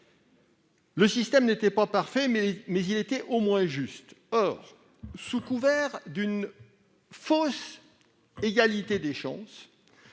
Le système, à défaut d'être parfait, était au moins juste. Or, sous couvert d'une fausse égalité des chances,